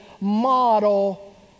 model